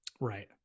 right